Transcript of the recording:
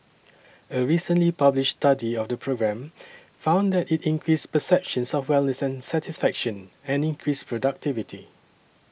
a recently published study of the program found that it increased perceptions of wellness and satisfaction and increased productivity